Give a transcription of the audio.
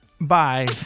Bye